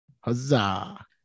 huzzah